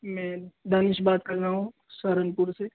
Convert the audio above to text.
میں دانش بات کر رہا ہوں سہارنپور سے